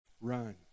Run